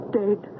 dead